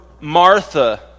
Martha